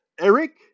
Eric